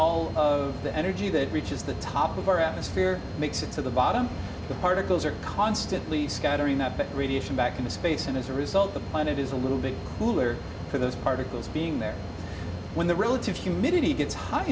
all the energy that reaches the top of our atmosphere makes it to the bottom the particles are constantly scattering that but radiation back into space and as a result the planet is a little bit cooler for those particles being there when the relative humidity gets h